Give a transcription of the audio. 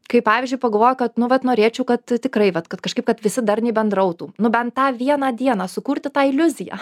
kaip pavyzdžiui pagalvoju kad nu vat norėčiau kad tikrai vat kažkaip kad visi darniai bendrautų nu bent tą vieną dieną sukurti tą iliuziją